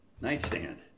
nightstand